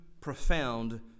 profound